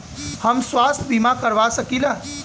हम स्वास्थ्य बीमा करवा सकी ला?